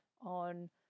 on